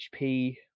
HP